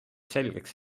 selgeks